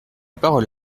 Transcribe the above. parole